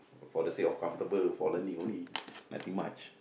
for the sake of comfortable for learning only nothing much